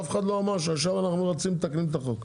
אף אחד לא אמר שעכשיו אנחנו רוצים לתקן את החוק.